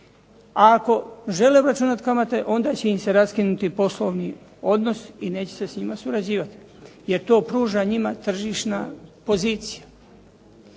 A ako žele obračunati kamate onda će im se raskinuti poslovni odnos i neće se s njima surađivati. Jer to pruža njima tržišna pozicija.